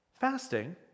Fasting